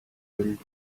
filled